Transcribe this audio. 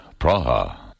Praha